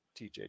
TJ